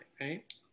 right